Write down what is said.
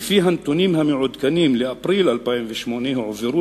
לפי הנתונים המעודכנים לאפריל 2008 הועברו